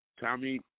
Tommy